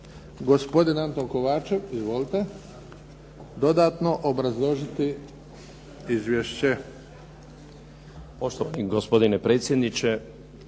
gospodin Anton Kovačev. Izvolite dodatno obrazložiti izvješće.